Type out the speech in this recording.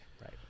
Right